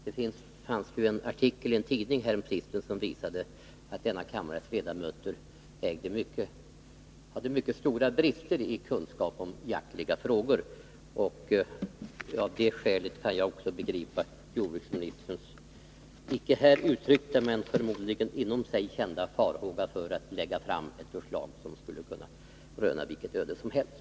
I en tidningsartikel häromsistens visades att denna kammares ledamöter hade mycket stora brister i sina kunskaper om jaktliga frågor, och av det skälet kan jag förstå jordbruksministerns icke här uttryckta men förmodligen inom sig kända farhåga för att lägga fram ett förslag som skulle kunna röna vilket öde som helst.